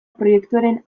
proiektuaren